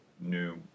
new